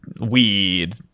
weed